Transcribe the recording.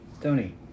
Tony